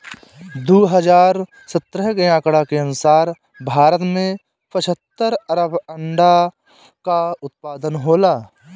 दू हज़ार सत्रह के आंकड़ा के अनुसार भारत में पचहत्तर अरब अंडा कअ उत्पादन होला